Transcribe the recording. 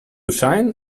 shine